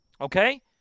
Okay